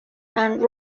and